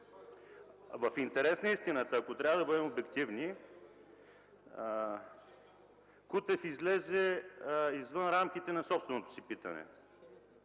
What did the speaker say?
В интерес на истината, ако трябва да бъдем обективни, господин Кутев излезе извън рамките на собственото си питане.